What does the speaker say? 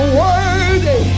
worthy